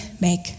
make